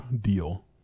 deal